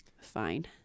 fine